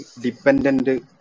dependent